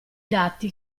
dati